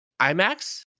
IMAX